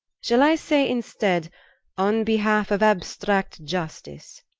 shall i say instead on behalf of abstract justice?